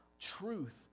truth